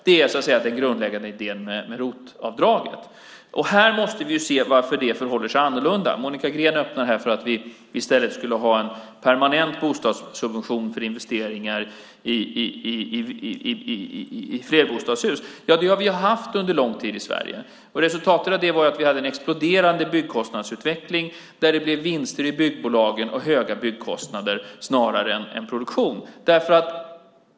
Det är den grundläggande idén med ROT-avdraget. Här måste vi se varför det förhåller sig annorlunda med det Monica Green öppnar för, nämligen att vi i stället skulle ha en permanent bostadssubvention för investeringar i flerbostadshus. Det har vi haft under lång tid i Sverige. Resultatet var en exploderande byggkostnadsutveckling där det blev vinster i byggbolagen och höga byggkostnader snarare än produktion.